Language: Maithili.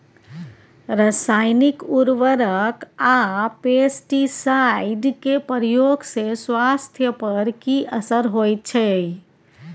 रसायनिक उर्वरक आ पेस्टिसाइड के प्रयोग से स्वास्थ्य पर कि असर होए छै?